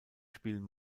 spielen